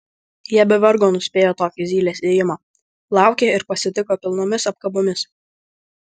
jie be vargo nuspėjo tokį zylės ėjimą laukė ir pasitiko pilnomis apkabomis